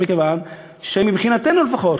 מכיוון שמבחינתנו לפחות,